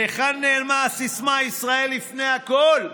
להיכן נעלמה הסיסמה "ישראל לפני הכול"?